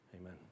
Amen